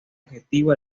objetivo